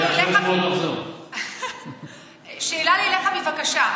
מעכשיו יש פה עוד, שאלה לי אליך, בבקשה.